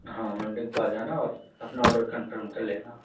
हाँ मंडे को आ जाना और अपना ऑर्डर कंफ़र्म कर लेना